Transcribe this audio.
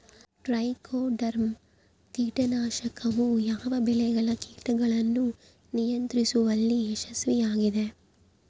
Trichoderma ಕೇಟನಾಶಕವು ಯಾವ ಬೆಳೆಗಳ ಕೇಟಗಳನ್ನು ನಿಯಂತ್ರಿಸುವಲ್ಲಿ ಯಶಸ್ವಿಯಾಗಿದೆ?